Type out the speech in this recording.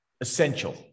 essential